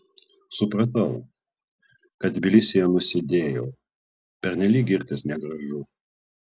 supratau kad tbilisyje nusidėjau pernelyg girtis negražu